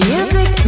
Music